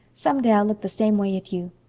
some day i'll look the same way at you.